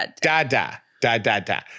Da-da-da-da-da